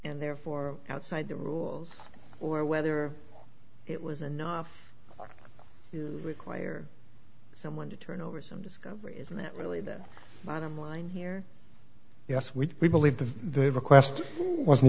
and therefore outside the rules or whether it was enough to require someone to turn over some discovery is that really the bottom line here yes we we believe that they request wasn't